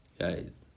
Guys